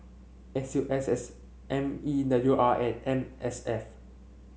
S U S S M E W R and M S F